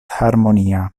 harmonia